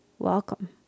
welcome